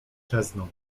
czezną